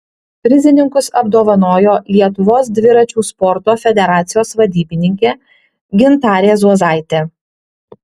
prizininkus apdovanojo lietuvos dviračių sporto federacijos vadybininkė gintarė zuozaitė